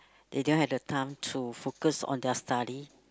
they don't have the time to focus on their study